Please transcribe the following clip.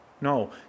No